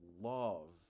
love